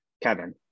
Kevin